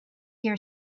your